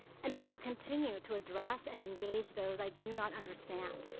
and, i will continue to address and engage those i do not understand,